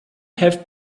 have